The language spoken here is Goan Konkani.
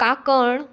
काकण